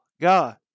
God